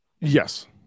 Yes